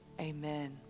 amen